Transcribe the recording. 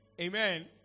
Amen